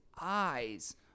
eyes